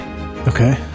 Okay